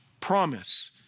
promise